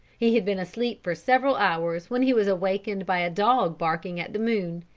he had been asleep for several hours when he was awakened by a dog barking at the moon,